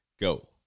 go